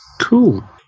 Cool